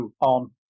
on